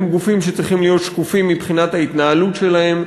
הם גופים שצריכים להיות שקופים מבחינת ההתנהלות שלהם.